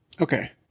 Okay